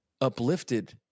uplifted